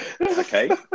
Okay